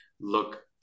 look